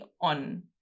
on